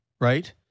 right